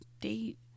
date